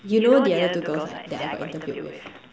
you know the other two girls right that I got interviewed with